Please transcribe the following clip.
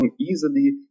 easily